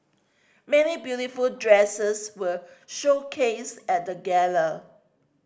many beautiful dresses were showcased at the gala